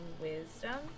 wisdom